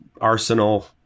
arsenal